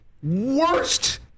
Worst